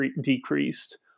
decreased